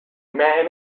man